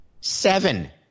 Seven